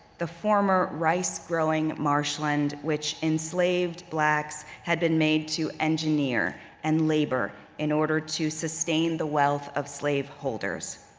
the former rice-growing marshland which enslaved blacks had been made to engineer and labor in order to sustain the wealth of slave-holders.